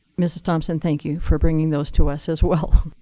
mrs. thompson, thank you for bringing those to us as well.